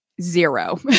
Zero